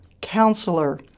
Counselor